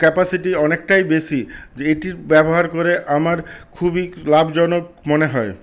capacity অনেকটাই বেশি এটি ব্যবহার করে আমার খুবই লাভজনক মনে হয়